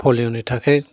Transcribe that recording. पलिय'नि थाखाय